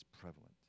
prevalent